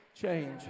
change